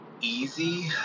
easy